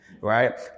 right